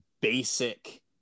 basic